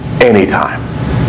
anytime